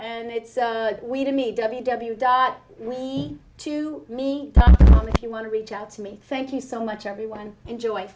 and it's we to me w w dot we to me if you want to reach out to me thank you so much everyone enjoy